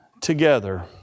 together